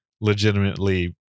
legitimately